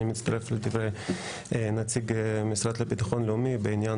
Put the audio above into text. אני מצטרף לדברי הנציג למשרד לביטחון לאומי בעניין